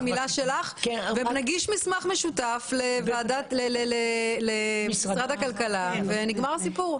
נגיש מסמך משותף למשרד הכלכלה ונגמר הסיפור.